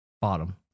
Bottom